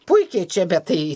puikiai čia bet tai